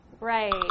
Right